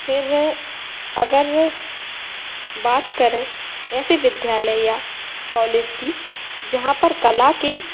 फ़िर अगर बात करें ऐसे विद्यालय या कॉलेज की जहाँ पर कला के